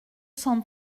cent